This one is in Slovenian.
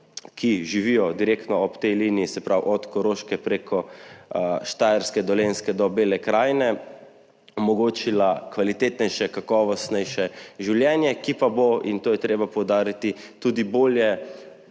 ki živijo direktno ob tej liniji, se pravi od Koroške, preko Štajerske, Dolenjske do Bele Krajine, omogočila kvalitetnejše, kakovostnejše življenje, ki pa bo, in to je treba poudariti, tudi bolje